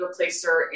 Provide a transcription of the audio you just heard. replacer